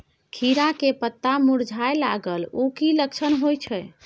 खीरा के पत्ता मुरझाय लागल उ कि लक्षण होय छै?